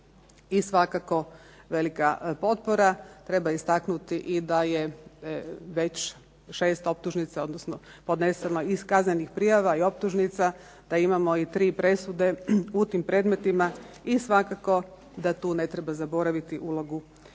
i svakako velika potpora. Treba istaknuti i da je već 6 optužnica, odnosno podneseno iz kaznenih prijava i optužnica da imamo i tri presude u tim predmetima i svakako da tu ne treba zaboraviti ulogu